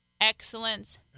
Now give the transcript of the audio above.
excellence